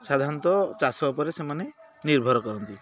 ସାଧାରଣତଃ ଚାଷ ଉପରେ ସେମାନେ ନିର୍ଭର କରନ୍ତି